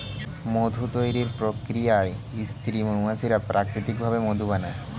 মধু তৈরির প্রক্রিয়ায় স্ত্রী মৌমাছিরা প্রাকৃতিক ভাবে মধু বানায়